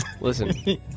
Listen